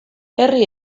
herri